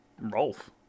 Rolf